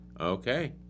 okay